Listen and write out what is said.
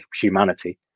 humanity